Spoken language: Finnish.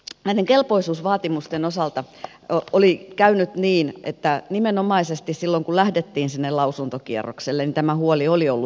näiden kelpoisuusvaatimusten osalta oli käynyt niin että nimenomaisesti silloin kun lähdettiin sinne lausuntokierrokselle tämä huoli oli ollut suuri